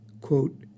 quote